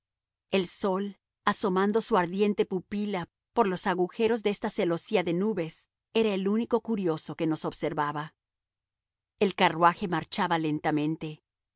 el sol asomando su ardiente pupila por los agujeros de esta celosía de nubes era el único curioso que nos observaba el carruaje marchaba lentamente